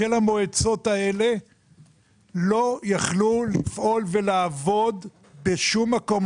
של המועצות האלה לא יכלו לפעול ולעבוד בשום מקום,